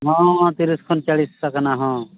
ᱦᱮᱸ ᱛᱤᱨᱤᱥ ᱠᱷᱚᱱ ᱪᱚᱞᱞᱤᱥ ᱟᱠᱟᱱᱟ